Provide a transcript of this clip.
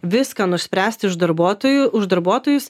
viską nuspręst iš darbuotojų už darbuotojus